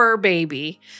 baby